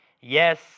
yes